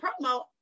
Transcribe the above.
promo